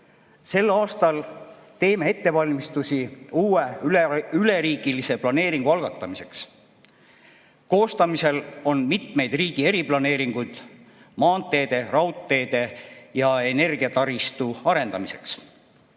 Sel aastal teeme ettevalmistusi uue üleriigilise planeeringu algatamiseks. Koostamisel on mitu riigi eriplaneeringut maanteede, raudteede ja energiataristu arendamiseks.